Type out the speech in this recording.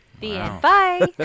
Bye